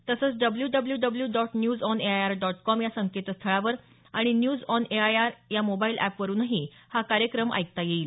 तसंच W W W dot news on A I R dot com या संकेतस्थळावर आणि news on A I R या mobile app वरुनही हा कार्यक्रम ऐकता येईल